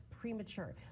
premature